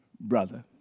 brother